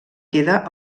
queda